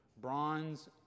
bronze